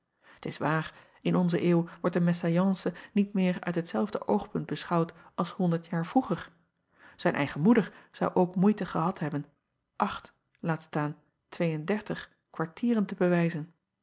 t s waar in onze eeuw wordt een mésalliance niet meer uit hetzelfde oogpunt beschouwd als honderd jaar vroeger zijn eigen moeder zou ook moeite gehad hebben acht laat staan twee-en-dertig kwartieren te bewijzen